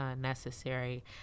necessary